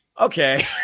okay